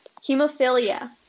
hemophilia